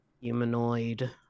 humanoid